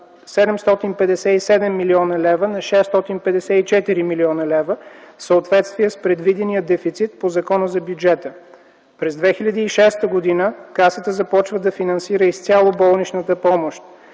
757 млн. лв. на 654 млн. лв. в съответствие с предвидения дефицит по Закона за бюджета. През 2006 г. Касата започва да финансира изцяло болничната помощ.